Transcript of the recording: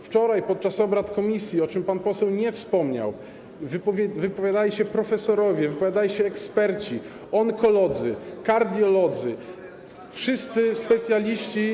Wczoraj podczas obrad komisji, o czym pan poseł nie wspomniał, wypowiadali się profesorowie, wypowiadali się eksperci, onkolodzy, kardiolodzy, wszyscy specjaliści.